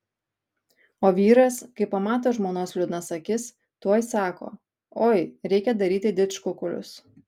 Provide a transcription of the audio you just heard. o vyras kai pamato žmonos liūdnas akis tuoj sako oi reikia daryti didžkukulius